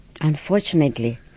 unfortunately